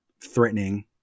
threatening